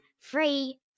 Free